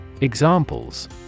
Examples